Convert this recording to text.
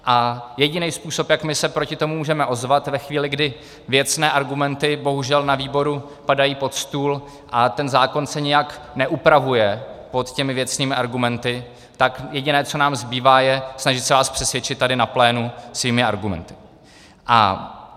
A jediný způsob, jak se proti tomu můžeme ozvat ve chvíli, kdy věcné argumenty bohužel na výboru padají pod stůl a zákon se nijak neupravuje pod věcnými argumenty, tak jediné, co nám zbývá, je snažit se vás přesvědčit tady na plénu svými argumenty.